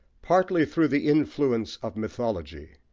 partly through the influence of mythology,